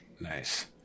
Nice